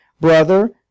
brother